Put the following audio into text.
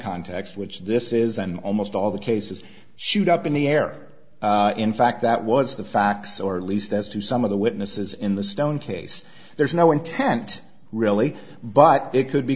context which this is and almost all the cases shoot up in the air in fact that was the facts or at least as to some of the witnesses in the stone case there is no intent really but it could be